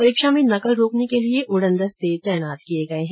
परीक्षा में नकल रोकने के लिए उडनदस्ते तैनात किए गए है